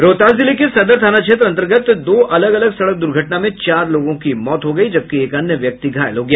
रोहतास जिले के सदर थाना क्षेत्र अन्तर्गत दो अलग अलग सड़क दुर्घटना में चार लोगों की मौत हो गई जबकि एक अन्य व्यक्ति घायल हो गया